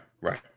Right